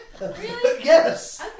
Yes